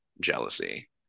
jealousy